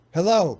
Hello